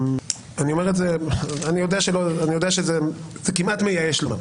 אני יודע שזה כמעט מייאש לומר,